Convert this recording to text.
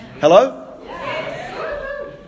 Hello